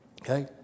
Okay